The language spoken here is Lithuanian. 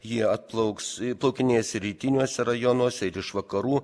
jie atplauks plaukinės rytiniuose rajonuose ir iš vakarų